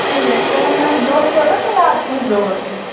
ٹھیٖک تُہۍ ؤنِو دۄہ تھوٚو تھا ژےٚ یاد کُس دۅہ کُس اوسُے